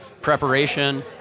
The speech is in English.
preparation